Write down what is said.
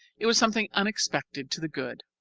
it was something unexpected to the good.